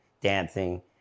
dancing